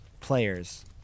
players